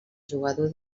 jugador